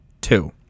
two